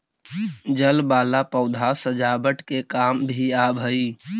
जल वाला पौधा सजावट के काम भी आवऽ हई